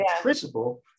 principle